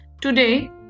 today